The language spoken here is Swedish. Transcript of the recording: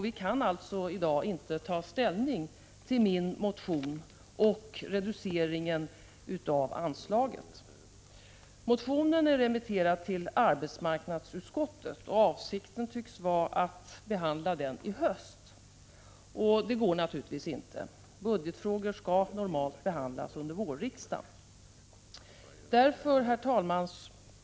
Vi kan alltså i dag inte ta ställning till min motion och till reduceringen av anslaget. Motionen är remitterad till arbetsmarknadsutskottet, och avsikten tycks vara att behandla den i höst. Det går naturligtvis inte — budgetfrågor skall normalt behandlas under vårriksdagen. Herr talman!